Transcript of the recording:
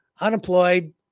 unemployed